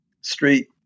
street